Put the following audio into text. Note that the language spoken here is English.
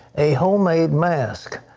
a home made mask.